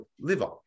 liver